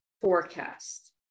forecast